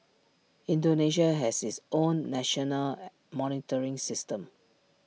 Indonesia has its own national monitoring system